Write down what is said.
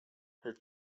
her